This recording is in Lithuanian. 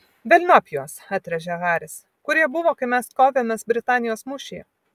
velniop juos atrėžė haris kur jie buvo kai mes kovėmės britanijos mūšyje